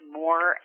more